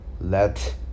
let